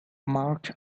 mark